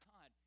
God